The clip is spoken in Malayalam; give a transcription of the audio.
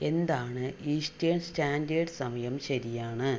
എന്താണ് ഈസ്റ്റേൺ സ്റ്റാൻഡേർഡ് സമയം ശരിയാണ്